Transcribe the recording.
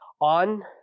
on